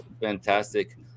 Fantastic